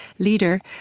leader,